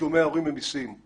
תשלומי ההורים הם מיסים.